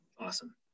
Awesome